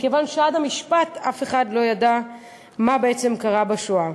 מכיוון שעד המשפט אף אחד לא ידע מה בעצם קרה בשואה.